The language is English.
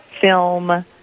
film